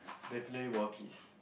definitely world peace